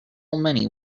many